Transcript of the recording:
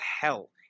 hell